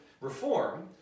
reform